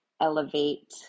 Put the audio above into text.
Elevate